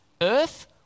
earth